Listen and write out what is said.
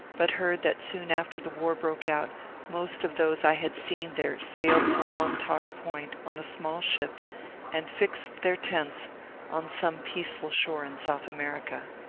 but heard that soon after the war broke out most of those i had seen there sailed from montauk point on a small ship and fixed their tents on some peaceful shore in south america.